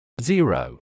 Zero